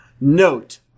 Note